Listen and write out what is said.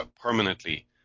permanently